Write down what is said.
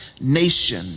nation